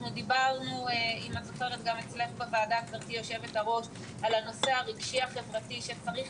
אנחנו דיברנו גם אצלך בוועדה על כך שצריך